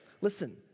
Listen